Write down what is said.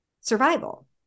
survival